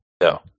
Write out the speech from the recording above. No